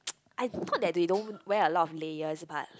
I thought that they don't wear a lot of layers but